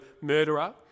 murderer